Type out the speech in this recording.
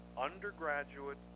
undergraduate